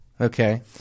Okay